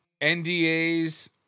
NDAs